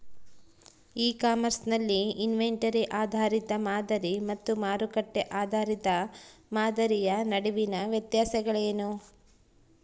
E commerce ನಲ್ಲಿ inventory ಆಧಾರಿತ ಮಾದರಿ ಮತ್ತು ಮಾರುಕಟ್ಟೆ ಆಧಾರಿತ ಮಾದರಿಯ ನಡುವಿನ ವ್ಯತ್ಯಾಸಗಳೇನು?